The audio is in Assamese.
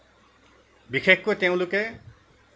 বিশেষকৈ তেওঁলোকে